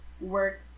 work